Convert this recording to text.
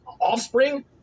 offspring